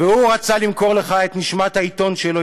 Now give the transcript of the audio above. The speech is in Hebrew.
והוא רצה למכור לך את נשמת העיתון שלו,